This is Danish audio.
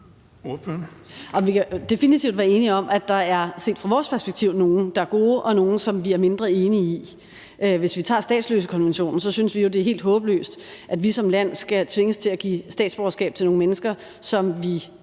Vi kan definitivt være enige om, at der set fra vores perspektiv er nogle, der er gode, og nogle, som vi er mindre enige i. Hvis vi tager statsløsekonventionen, synes vi jo, det er helt håbløst, at vi som land skal tvinges til at give statsborgerskab til nogle mennesker, som vi,